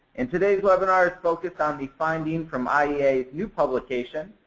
and, today's webinar is focus on the finding from iea's new publication,